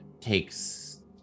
takes